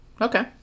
Okay